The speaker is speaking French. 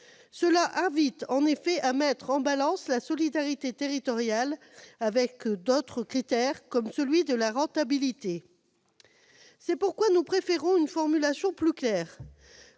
Cela invite à mettre en balance la solidarité territoriale avec d'autres critères, comme celui de la rentabilité. C'est pourquoi nous préférons une formulation plus claire,